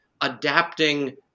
adapting